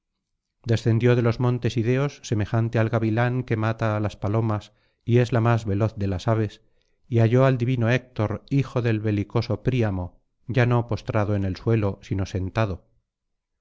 descendió de los montes ideos semejante al gavilán qne mata á las palomas y es la más veloz de las aves y halló al divino héctor hijo del belicoso príamo ya no postrado en el suelo sino sentado